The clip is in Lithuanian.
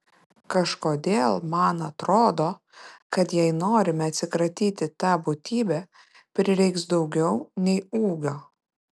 kažkodėl man atrodo kad jei norime atsikratyti ta būtybe prireiks daugiau nei ūgio